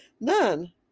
None